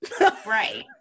Right